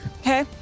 Okay